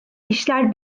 işler